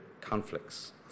conflicts